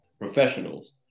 professionals